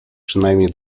przynajmniej